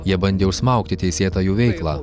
jie bandė užsmaugti teisėtą jų veiklą